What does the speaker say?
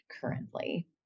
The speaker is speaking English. currently